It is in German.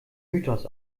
mythos